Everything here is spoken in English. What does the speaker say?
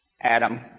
Adam